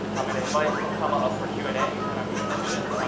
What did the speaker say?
um i'm going to invite ossama up for q and a, and i'm going to mention,